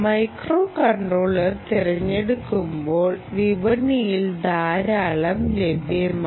microcontroller തിരഞ്ഞെടുക്കുമ്പോൾ വിപണിയിൽ ധാരാളം ലഭ്യമാണ്